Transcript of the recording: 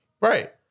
Right